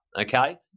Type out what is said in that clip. okay